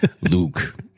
Luke